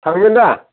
थांगोन दा